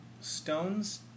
Stones